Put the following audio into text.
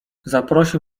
zaprosił